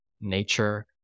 nature